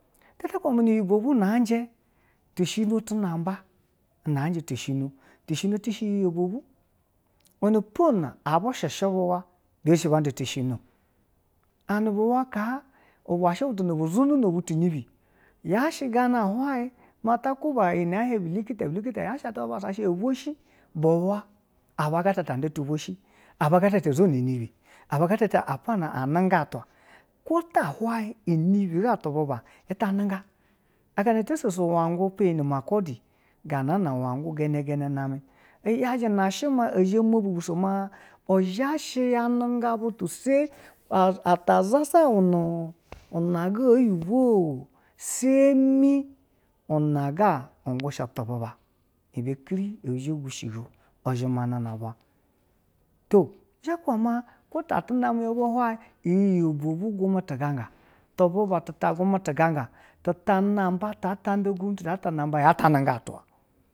ɛ bovwu na je te shi no tu na ba na aje tishino, tishino tu shi iyi ɛbovwu, iwenepo na abu shishi buwa bu yeri shi ba nda tishino and buwa ka iba shi butu na bo zhono butu inibi, yashi gana hwayi ma ta kuba iyi na ɛhien bulita, bulita ibe bu bassa ba hien, bu bo shi, buwa aba gaa ta nda bovwo shi aba gatata o zono inibi, aba gata ta an nugan atwa, kwo ta hwayi inibi ga tu bu ba anta nugan, an kana o tisese iwe angun peye nu makodi, ngornana ingu nganangana name iyaji na shime a zha mbo ma mbi sogono ma i zha shi ya nugan butu sain ata zha nu ina nga oyibo seme nu niga ungwu shi tu buba, ibe abe zhan bwo gushigo i zheme nana ilbava, to ta name kwo ta tu na me ya bwo hwa iyi obovwu gume ti ganga ti buba ta gume tu nganga, ta na ba ta nda ugundu tibiye